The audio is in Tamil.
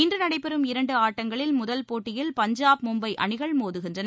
இன்று நடைபெறும் இரண்டு ஆட்டங்களில் முதல் போட்டியில் பஞ்சாப் மும்பை அணிகள் மோதுகின்றன